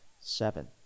seven